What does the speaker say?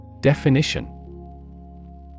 Definition